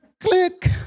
Click